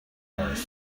wars